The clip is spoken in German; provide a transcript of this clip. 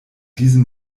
diesem